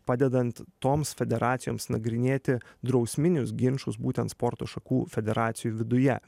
padedant toms federacijoms nagrinėti drausminius ginčus būtent sporto šakų federacijų viduje